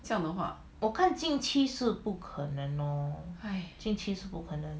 这样的话 !haiya!